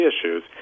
issues